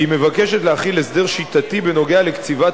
שהיא מבקשת להחיל הסדר שיטתי בנוגע לקציבת